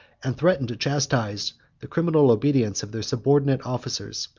and threatened to chastise the criminal obedience of their subordinate officers,